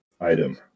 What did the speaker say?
item